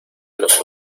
los